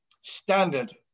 standard